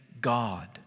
God